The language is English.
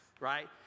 right